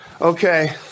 okay